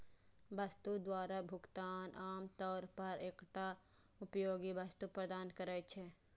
वस्तु द्वारा भुगतान आम तौर पर एकटा उपयोगी वस्तु प्रदान करै छै